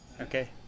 Okay